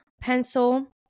pencil